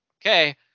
okay